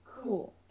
Cool